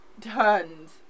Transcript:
tons